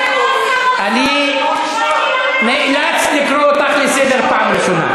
אני נאלץ לקרוא אותך לסדר פעם ראשונה.